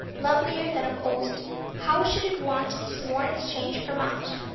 lovelier than of old how should it want its more exchanged for much?